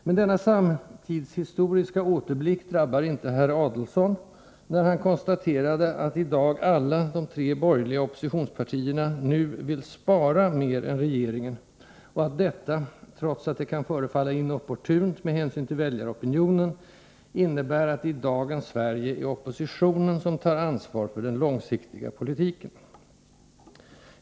Men denna samtidshistoriska återblick drabbar inte herr Adelsohn, när han konstaterade att alla de tre borgerliga oppositionspartierna nu vill spara mer än regeringen, och att detta — trots att det kan förefalla inopportunt med hänsyn till väljaropinionen — innebär att det i dagens Sverige är oppositionen som tar ansvar för den långsiktiga politiken.